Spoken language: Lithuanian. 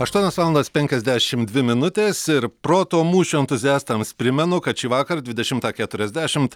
aštuonios valandos penkiasdešimt dvi minutės ir protų mūšių entuziastams primenu kad šįvakar dvidešimtą keturiasdešimt